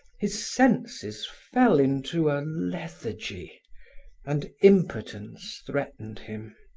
his senses fell into a lethargy and impotence threatened him.